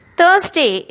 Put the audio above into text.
Thursday